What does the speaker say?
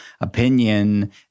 opinion